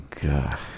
God